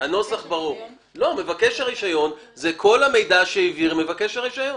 זה כל המידע שהעביר מבקש הרישיון.